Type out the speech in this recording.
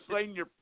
senior